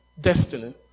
Destiny